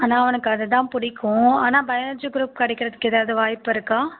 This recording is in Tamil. ஆனால் அவனுக்கு அது தான் பிடிக்கும் ஆனால் பயாலஜி குரூப் கிடைக்கிறதுக்கு ஏதாவது வாய்ப்பு இருக்கா